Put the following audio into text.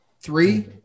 three